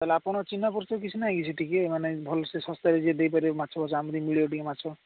ଆପଣଙ୍କ ଚିହ୍ନା ପରିଚୟ କିଛି ନାହିଁ କି ସେଇଠି କିଏ ମାନେ ଭଲସେ ଶସ୍ତାରେ ଯିଏ ଦେଇପାରିବ ମାଛଫାଛ ଆମକୁ ଟିକିଏ ମିଳିବ ଟିକିଏ ମାଛ